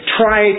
try